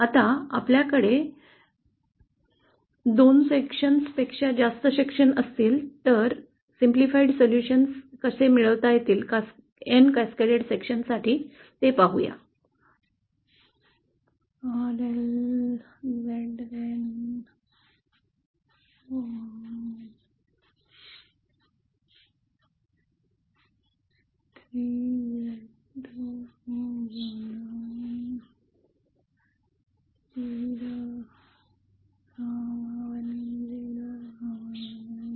आता आपल्याकडे सरळमार्गी समीकरण असल्यामुळे जेव्हा आपल्याकडे असे दोन विभाग नसुन अनेक विभाग असेल तेव्हा ही स्थिती मिळवणे सोपे जाते